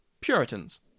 Puritans